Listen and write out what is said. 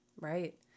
right